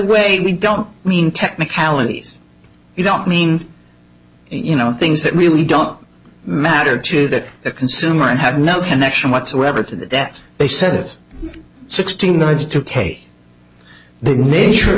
way we don't mean technicalities you don't mean you know things that really don't matter to that consumer and had no connection whatsoever to that they said it sixty ninety two k the nature